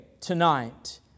tonight